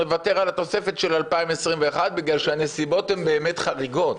נוותר על התוספת של 2021 בגלל שהנסיבות באמת חריגות,